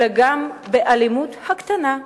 אלא גם באלימות הקטנה,